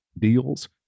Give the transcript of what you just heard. deals